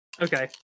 okay